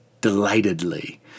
delightedly